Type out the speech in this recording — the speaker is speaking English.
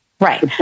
Right